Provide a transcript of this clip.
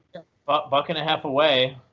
but buck and a half away.